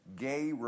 gay